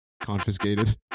confiscated